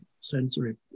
sensory